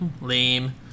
Lame